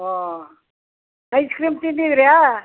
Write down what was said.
oh ice cream ತಿಂದಿದ್ರಾ